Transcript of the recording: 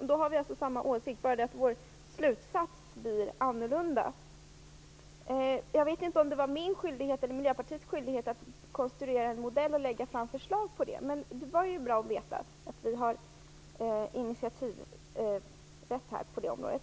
Då har vi alltså samma åsikt - det är bara det att vår slutsats blir annorlunda. Jag vet inte om det är min eller Miljöpartiets skyldighet att konstruera en modell och lägga fram ett förslag, men det var ju bra att veta att vi har initiativrätt på det området.